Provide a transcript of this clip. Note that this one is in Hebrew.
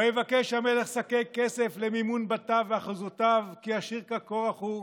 ויבקש המלך שקי כסף למימון בתיו ואחוזותיו כי עשיר כקורח הוא,